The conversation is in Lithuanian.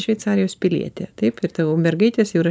šveicarijos pilietė taip ir tavo mergaitės jau yra